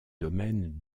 domaine